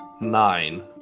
Nine